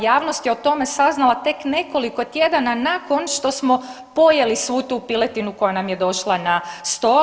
Javnost je o tome saznala tek nekoliko tjedana nakon što smo pojeli svu tu piletinu koja nam je došla na stol.